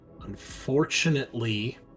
unfortunately